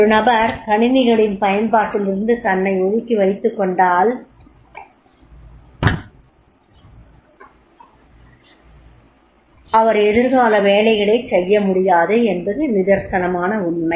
ஒரு நபர் கணிணிகளின் பயன்பாட்டிலிருந்து தன்னை ஒதுக்கி வைத்துக்கொண்டால் அவர் எதிர்கால வேலைகளைச் செய்ய முடியாது என்பது நித்ர்சனமான உண்மை